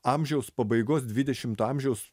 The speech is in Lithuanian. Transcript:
amžiaus pabaigos dvidešimto amžiaus